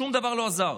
שום דבר לא עזר.